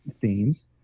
themes